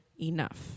enough